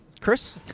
Chris